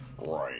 Right